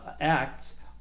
acts